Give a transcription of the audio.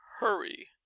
hurry